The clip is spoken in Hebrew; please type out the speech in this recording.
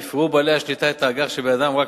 יפרעו בעלי השליטה את האג"ח שבידם רק